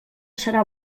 serà